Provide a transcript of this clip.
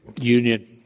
Union